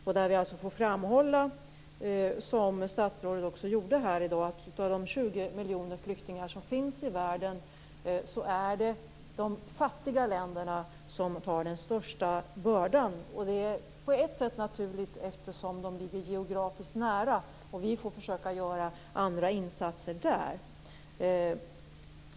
Jag vill framhålla, som statsrådet också gjorde här i dag, att när det gäller de 20 miljoner flyktingar som finns i världen är det de fattiga länderna som tar den största bördan. Det är på ett sätt naturligt eftersom de ligger geografiskt nära varandra, och vi får försöka göra andra insatser där.